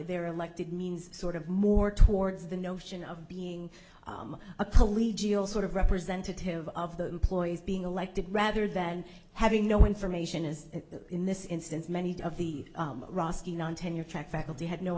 they're elected means sort of more towards the notion of being a police source of representative of the employees being elected rather than having no information as in this instance many of the russkie non tenure track faculty had no